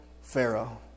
Pharaoh